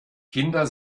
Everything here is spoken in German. kinder